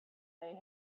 they